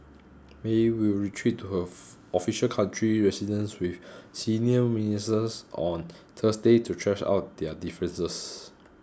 May will retreat to her official country residence with senior ministers on Thursday to thrash out their differences